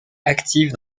active